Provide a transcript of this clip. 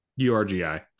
URGI